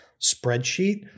spreadsheet